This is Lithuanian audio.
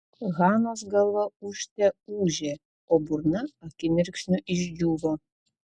hanos galva ūžte ūžė o burna akimirksniu išdžiūvo